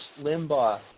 Limbaugh